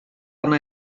arna